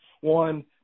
one